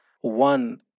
One